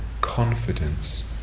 confidence